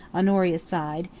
honoria sighed,